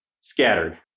scattered